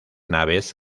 naves